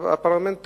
דן בזה.